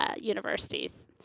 Universities